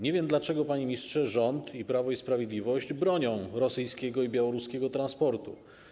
Nie wiem, dlaczego, panie ministrze, rząd i Prawo i Sprawiedliwość bronią rosyjskiego i białoruskiego transportu.